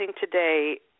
today